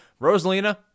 Rosalina